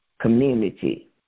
community